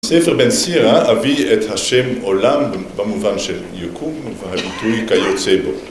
ספר בן סירא הביא את השם עולם במובן של יקום והביטוי כיוצא בו